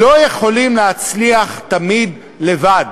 לא יכולים להצליח תמיד לבד.